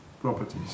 properties